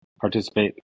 participate